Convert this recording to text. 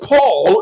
Paul